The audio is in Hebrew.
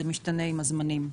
זה משתנה עם הזמנים.